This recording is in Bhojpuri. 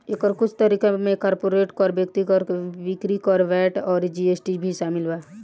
एकर कुछ तरीका में कॉर्पोरेट कर, व्यक्तिगत कर, बिक्री कर, वैट अउर जी.एस.टी शामिल बा